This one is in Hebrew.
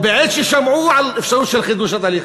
או בעת ששמעו על אפשרות של חידוש התהליך?